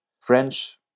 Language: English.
French